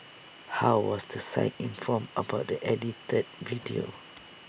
how was the site informed about the edited video